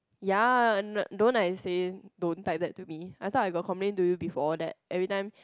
ya don't I say don't type that to me I thought I got complain to you before that every time